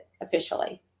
officially